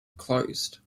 closed